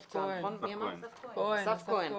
אסף,